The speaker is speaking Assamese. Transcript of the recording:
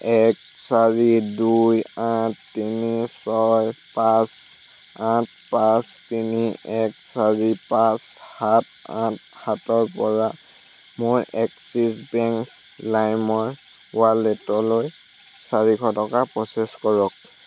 এক চাৰি দুই আঠ তিনি ছয় পাঁচ আঠ পাঁচ তিনি এক চাৰি পাঁচ সাত আঠ সাতৰ পৰা মোৰ এক্সিছ বেংক লাইমৰ ৱালেটলৈ চাৰিশ টকা প্ৰচেছ কৰক